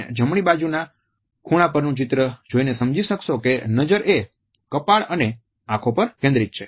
તમે જમણી બાજુના ખૂણા પરનું ચિત્ર જોઈને સમજી શકશો કે નજર એ કપાળ અને આંખો પર કેન્દ્રિત છે